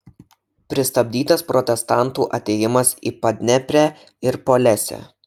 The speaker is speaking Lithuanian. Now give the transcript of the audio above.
pristabdytas protestantų atėjimas į padneprę ir polesę